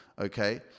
okay